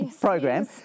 program